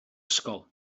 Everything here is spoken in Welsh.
ysgol